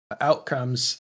outcomes